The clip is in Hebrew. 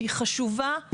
שהיא חשובה.